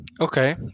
Okay